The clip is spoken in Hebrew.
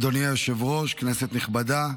אדוני היושב-ראש, כנסת נכבדה,